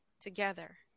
together